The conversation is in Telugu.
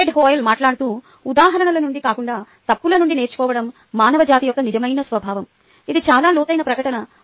ఫ్రెడ్ హోయల్ మాట్లాడుతూ ఉదాహరణల నుండి కాకుండా తప్పుల నుండి నేర్చుకోవడం మానవజాతి యొక్క నిజమైన స్వభావం ఇది చాలా లోతైన ప్రకటన